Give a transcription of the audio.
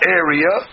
area